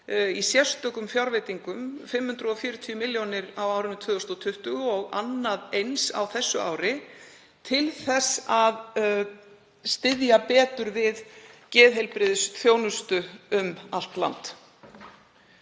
í sérstökum fjárveitingum 540 millj. kr. á árinu 2020 og annað eins á þessu ári, til þess að styðja betur við geðheilbrigðisþjónustu um allt land.